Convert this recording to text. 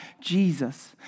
Jesus